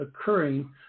occurring